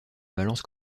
balance